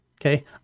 okay